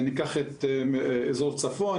ניקח את אזור צפון,